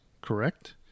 correct